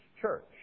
church